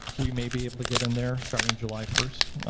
we may be able to get in there starting july first.